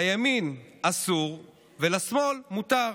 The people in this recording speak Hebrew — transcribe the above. לימין אסור ולשמאל מותר.